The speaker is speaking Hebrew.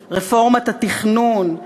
רפורמת התכנון,